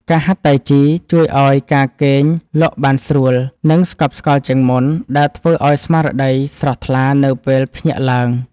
ការហាត់តៃជីជួយឱ្យការគេងលក់បានស្រួល និងស្កប់ស្កល់ជាងមុន ដែលធ្វើឱ្យស្មារតីស្រស់ថ្លានៅពេលភ្ញាក់ឡើង។